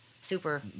super